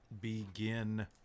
begin